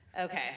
Okay